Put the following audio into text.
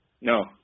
No